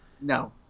no